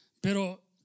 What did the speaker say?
Pero